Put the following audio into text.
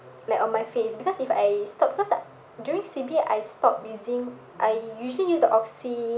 like on my face because if I stop because during C_B I stop using I usually use Oxy